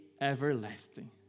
everlasting